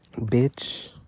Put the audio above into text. Bitch